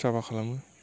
साफा खालामो